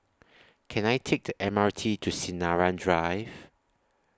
Can I Take The M R T to Sinaran Drive